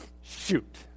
shoot